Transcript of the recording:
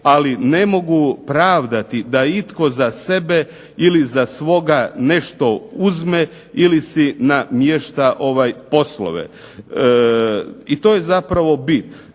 ali ne mogu pravdati da itko za sebe ili za svoga nešto uzme ili si namješta poslove i to je zapravo bit.